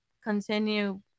continue